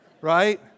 right